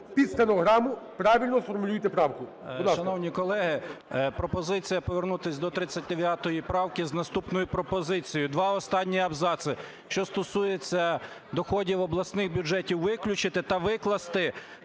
під стенограму правильно сформулюйте правку,